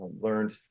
Learned